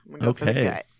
Okay